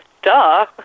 duh